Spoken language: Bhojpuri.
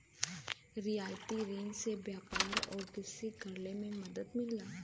रियायती रिन से व्यापार आउर कृषि करे में मदद मिलला